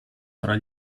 tra